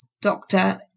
doctor